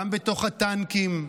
גם בתוך הטנקים,